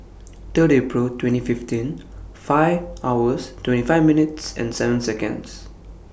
Third April twenty fifteen five hours twenty five minutes and seven Seconds